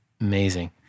Amazing